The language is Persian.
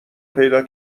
پیدا